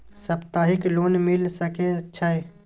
सप्ताहिक लोन मिल सके छै?